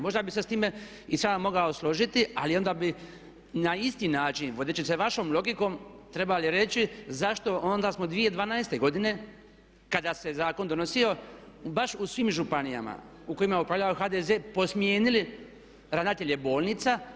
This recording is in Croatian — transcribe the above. Možda bi se s time i sam mogao složiti ali onda bih na isti način vodeći se vašom logikom trebali reći zašto onda smo 2012. godine kada se zakon donosio baš u svim županijama u kojima je upravljao HDZ posmijenili ravnatelje bolnica?